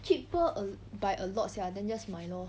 cheaper a by a lot sia then just 买 lor